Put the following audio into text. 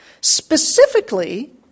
specifically